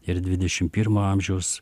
ir dvidešimt pirmo amžiaus